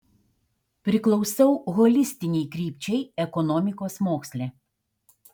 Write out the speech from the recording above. priklausau holistinei krypčiai ekonomikos moksle